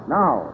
now